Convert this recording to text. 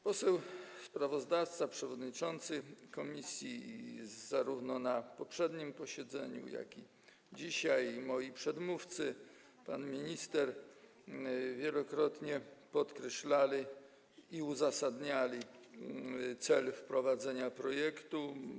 Poseł sprawozdawca, przewodniczący komisji zarówno na poprzednim posiedzeniu, jak i dzisiaj, a także moi przedmówcy i pan minister wielokrotnie podkreślali i uzasadniali cel wprowadzenia projektu.